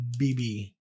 BB